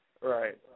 Right